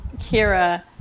Kira